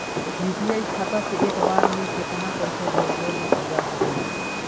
UPI खाता से एक बार म केतना पईसा भेजल जा सकेला?